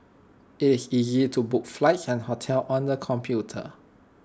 IT is easy to book flights and hotels on the computer